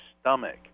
stomach